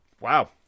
wow